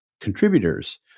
contributors